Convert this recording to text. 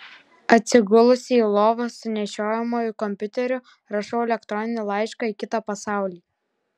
atsigulusi į lovą su nešiojamuoju kompiuteriu rašau elektroninį laišką į kitą pasaulį